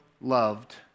loved